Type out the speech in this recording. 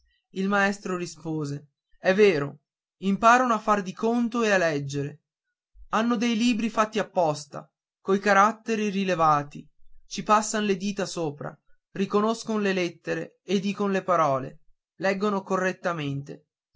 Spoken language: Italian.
il maestro rispose è vero imparano a far di conto e a leggere hanno dei libri fatti apposta coi caratteri rilevati ci passano le dita sopra riconoscon le lettere e dicon le parole leggono